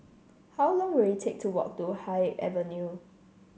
how long will it take to walk to Haig Avenue